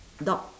dog